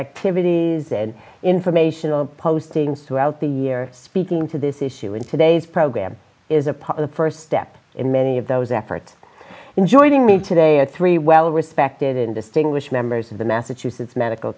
activities and informational postings throughout the year speaking to this issue in today's program is a positive first step in many of those efforts and joining me today are three well respected in the singlish members of the massachusetts medical